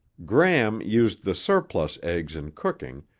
gram used the surplus eggs in cooking,